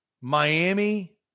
Miami